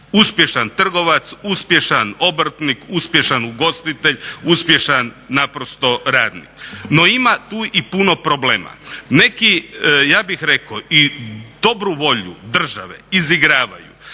Uspješan trgovac, uspješan obrtnik, uspješan ugostitelj, uspješan naprosto radnik. No ima tu i puno problema. Neki, ja bih rekao i dobru volju države izigravaju.